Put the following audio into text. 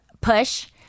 push